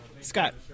Scott